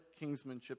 kingsmanship